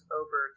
over